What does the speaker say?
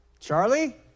Charlie